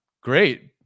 great